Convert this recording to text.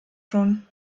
schon